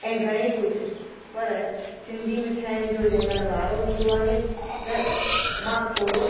ऐं घणे ई कुझु पर सिंधी मिठाइनि जो जंहिंमहिल वारो ईंदो आहे त मां थोरो